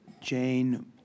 Jane